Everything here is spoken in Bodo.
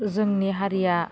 जोंनि हारिया